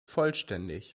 vollständig